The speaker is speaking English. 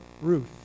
Ruth